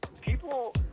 People